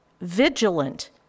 vigilant